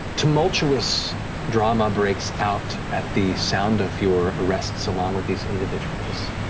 tumultuous drama breaks out at the sound of your arrests along with these individuals.